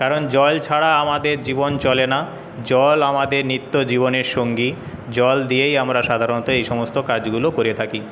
কারণ জল ছাড়া আমাদের জীবন চলে না জল আমাদের নিত্য জীবনের সঙ্গী জল দিয়েই আমরা সাধারণত এই সমস্ত কাজগুলো করে থাকি